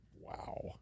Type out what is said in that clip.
Wow